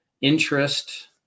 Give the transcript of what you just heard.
interest